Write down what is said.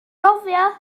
nofio